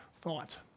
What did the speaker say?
thought